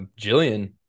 Jillian